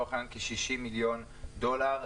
לצורך העניין כ-60 מיליון דולר,